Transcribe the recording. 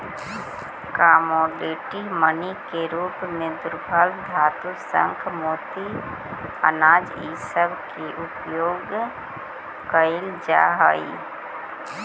commodity money के रूप में दुर्लभ धातु शंख मोती अनाज इ सब के उपयोग कईल जा हई